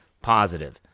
positive